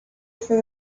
for